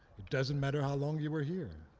it doesn't matter how long you were here.